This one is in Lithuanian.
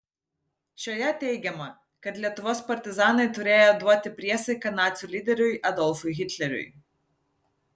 šioje teigiama kad lietuvos partizanai turėję duoti priesaiką nacių lyderiui adolfui hitleriui